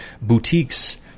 boutiques